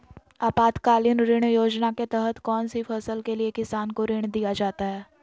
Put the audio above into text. आपातकालीन ऋण योजना के तहत कौन सी फसल के लिए किसान को ऋण दीया जाता है?